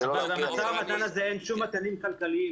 במשא ומתן הזה אין שום מתנים כלכליים.